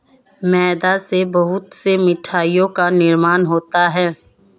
मैदा से बहुत से मिठाइयों का निर्माण होता है